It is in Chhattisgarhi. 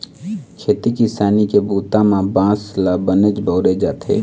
खेती किसानी के बूता म बांस ल बनेच बउरे जाथे